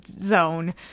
zone